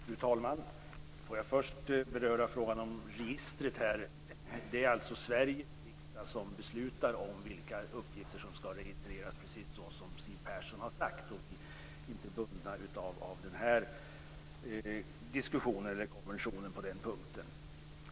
Fru talman! Får jag först beröra frågan om registret. Det är alltså Sveriges riksdag som beslutar om vilka uppgifter som skall registreras, precis som Siw Persson har sagt. Vi är inte bundna av den här konventionen på den punkten.